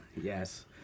Yes